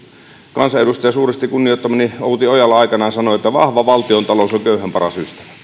kansanedustaja suuresti kunnioittamani outi ojala aikanaan sanoi että vahva valtiontalous on köyhän paras ystävä